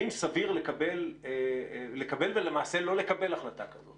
האם סביר לקבל ולמעשה לא לקבל החלטה כזאת?